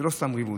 וזה לא סתם ריבוד.